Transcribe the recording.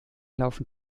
laufen